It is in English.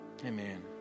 Amen